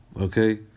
okay